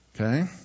Okay